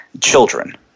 children